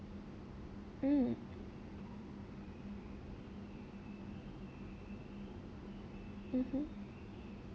mm mmhmm